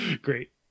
great